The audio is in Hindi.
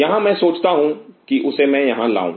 यहां मैं सोचता हूं कि उसे मैं यहां लाऊं